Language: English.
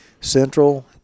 Central